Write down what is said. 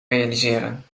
realiseren